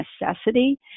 necessity